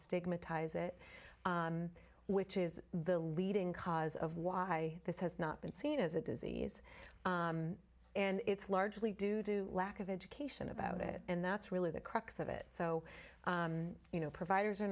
stigmatise it which is the leading cause of why this has not been seen as a disease and it's largely due to lack of education about it and that's really the crux of it so you know providers are